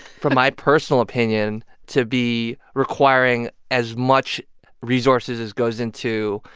from my personal opinion to be requiring as much resources as goes into,